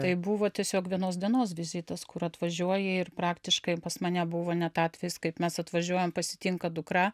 tai buvo tiesiog vienos dienos vizitas kur atvažiuoji ir praktiškai pas mane buvo net atvejis kaip mes atvažiuojam pasitinka dukra